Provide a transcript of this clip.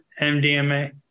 mdma